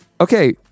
Okay